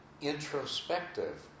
introspective